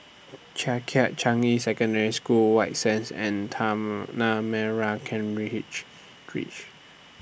Changkat Changi Secondary School White Sands and Tanah Merah Ken Ridge Ridge